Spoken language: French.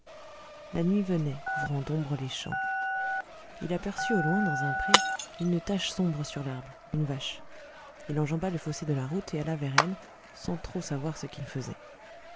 la nuit venait couvrant d'ombre les champs il aperçut au loin dans un pré une tache sombre sur l'herbe une vache il enjamba le fossé de la route et alla vers elle sans trop savoir ce qu'il faisait